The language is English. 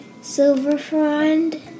Silverfrond